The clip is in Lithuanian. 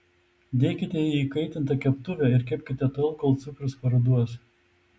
dėkite į įkaitintą keptuvę ir kepkite tol kol cukrus paruduos